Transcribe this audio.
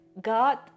God